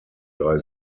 drei